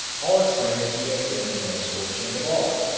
all exclaim that he has been the most fortunate of all,